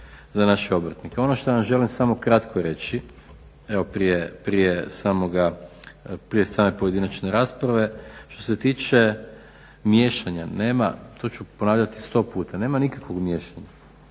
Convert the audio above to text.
Ono što vam želim samo kratko reći, evo prije same pojedinačne rasprave, što se tiče miješanja nema, to ću ponavljati sto puta, nema nikakvog miješanja